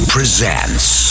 Presents